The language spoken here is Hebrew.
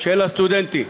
של הסטודנטים.